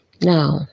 Now